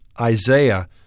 Isaiah